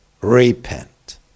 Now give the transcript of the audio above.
Repent